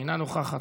אינה נוכחת,